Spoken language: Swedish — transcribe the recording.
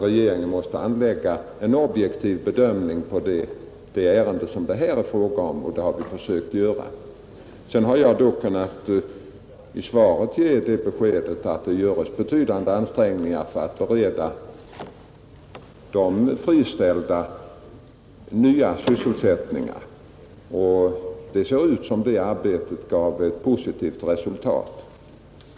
Regeringen måste verkställa en objektiv bedömning av varje ärende, och det har regeringen försökt göra också i detta fall. I svaret har jag också kunnat lämna beskedet att det görs betydande ansträngningar för att bereda de friställda nya sysselsättningar, och det ser ut som om det arbetet skulle ge ett positivt resultat.